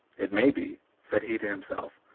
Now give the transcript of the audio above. it may be, said he to himself,